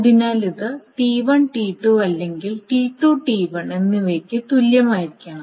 അതിനാൽ ഇത് T1 T2 അല്ലെങ്കിൽ T2 T1 എന്നിവയ്ക്ക് തുല്യമായിരിക്കണം